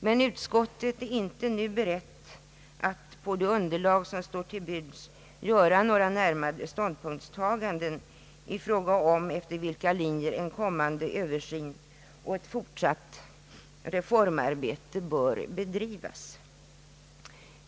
Men utskottet är inte nu berett att på det underlag som står till buds göra några närmare ståndpunktstaganden i fråga om efter vilka linjer en kommande översyn och ett fortsatt reformarbete bör bedrivas.